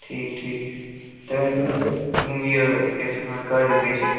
ٹھیٖک ٹھیٖک تُہۍ ؤنۍتَو مےٚ یہِ کیٛاہ چھِ اَتھ وَنان کاجوٗ کٔہۍ چھِ